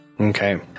Okay